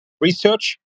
research